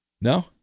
No